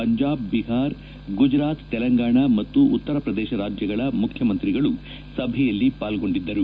ಪಂಜಾಬ್ ಬಿಹಾರ ಗುಜರಾತ್ ತೆಲಂಗಾಣ ಮತ್ತು ಉತ್ತರ ಪ್ರದೇಶ ರಾಜ್ಯಗಳ ಮುಖ್ಯಮಂತ್ರಿಗಳು ಸಭೆಯಲ್ಲಿ ಪಾಲ್ಗೊಂಡಿದ್ದರು